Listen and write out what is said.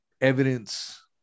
evidence